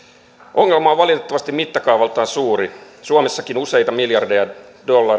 ongelma on valitettavasti mittakaavaltaan suuri suomessakin useita miljardeja